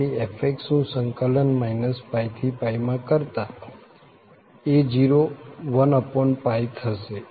આથી f નું સંકલન -π થી માં કરતા a0 1 થશે